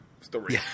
story